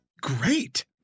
great